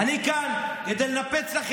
להרוס את הדמוקרטיה זה בסדר?